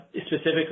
specifically